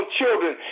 children